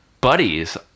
buddies